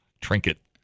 Trinket